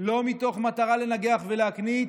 לא מתוך מטרה לנגח ולהקניט,